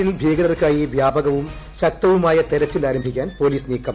ജമ്മുകശ്മീരിൽ ഭീകര്ർക്കായി വ്യാപകവും ശക്തവുമായ തെരച്ചിൽ ആരംഭിക്കാൻ പൊലീസ് നീക്കം